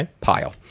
pile